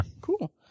Cool